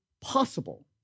possible